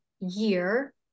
year